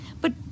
But